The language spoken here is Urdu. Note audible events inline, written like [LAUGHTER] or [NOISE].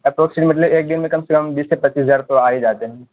[UNINTELLIGIBLE] مطلب ایک دن میں کم سے کم بیس سے پچیس ہزار تو آ ہی جاتے ہیں